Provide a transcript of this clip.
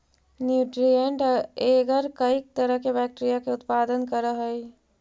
nutrient agar कईक तरह के बैक्टीरिया के उत्पादन करऽ हइ